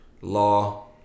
law